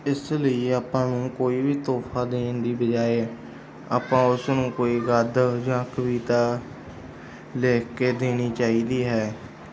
ਇਸ ਲਈ ਆਪਾਂ ਨੂੰ ਕੋਈ ਵੀ ਤੋਹਫਾ ਦੇਣ ਦੀ ਬਜਾਏ ਆਪਾਂ ਉਸ ਨੂੰ ਕੋਈ ਗਦ ਜਾਂ ਕਵਿਤਾ ਲਿਖ ਕੇ ਦੇਣੀ ਚਾਹੀਦੀ ਹੈ